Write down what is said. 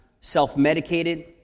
self-medicated